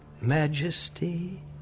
Majesty